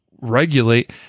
regulate